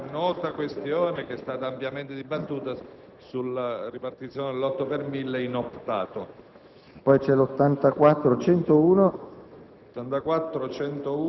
**Il Senato approva.**